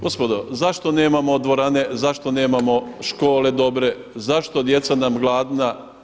Gospodo, zašto nemamo dvorane, zašto nemamo škole dobre, zašto djeca nam gladna.